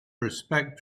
respect